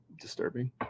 disturbing